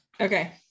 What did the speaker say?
okay